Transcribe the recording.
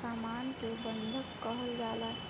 सामान के बंधक कहल जाला